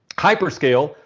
hyperscale,